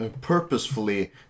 Purposefully